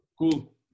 Cool